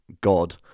god